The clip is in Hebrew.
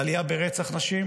בעלייה ברצח נשים,